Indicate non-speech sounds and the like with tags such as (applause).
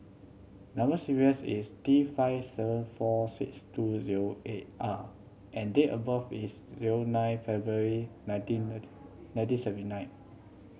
number sequence is T five seven four six two zero eight R and date of birth is zero nine February nineteen (unintelligible) nineteen seventy nine